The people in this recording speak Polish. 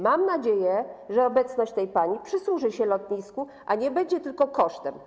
Mam nadzieję, że obecność tej pani przysłuży się lotnisku, a nie będzie tylko kosztem.